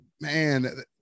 man